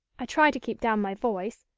i try to keep down my voice,